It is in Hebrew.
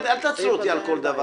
אל תעצרו אותי על כל דבר.